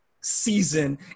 season